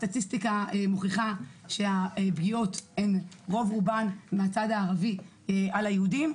הסטטיסטיקה מוכיחה שהפגיעות הן רוב רובן מהצד הערבי ביהודים.